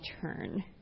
turn